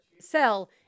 sell